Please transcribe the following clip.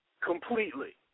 completely